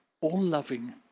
all-loving